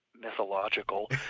Mythological